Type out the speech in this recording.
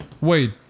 Wait